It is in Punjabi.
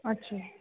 ਅੱਛਾ